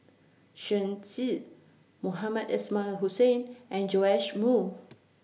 Shen Xi Mohamed Ismail Hussain and Joash Moo